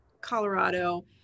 Colorado